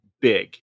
big